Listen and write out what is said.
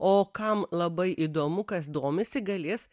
o kam labai įdomu kas domisi galės